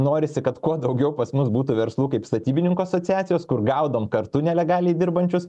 norisi kad kuo daugiau pas mus būtų verslų kaip statybininkų asociacijos kur gaudom kartu nelegaliai dirbančius